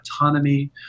autonomy